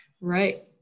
right